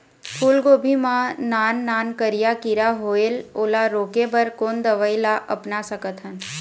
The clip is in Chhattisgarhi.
फूलगोभी मा नान नान करिया किरा होयेल ओला रोके बर कोन दवई ला अपना सकथन?